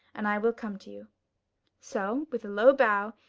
and i will come to you so, with a low bow,